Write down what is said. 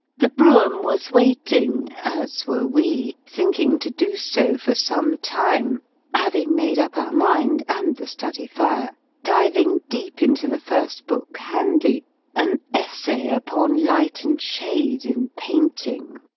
the brougham was waiting, as were we thinking to do so for some time having made up our mind and the study-fire diving deep into the first book handy an essay upon light and shade in painting.